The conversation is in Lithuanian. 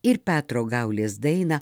ir petro gaulės dainą